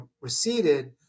receded